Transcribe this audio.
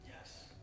Yes